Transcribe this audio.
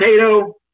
potato